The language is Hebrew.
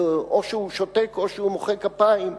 ואו שהוא שותק או שהוא מוחא כפיים,